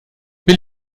will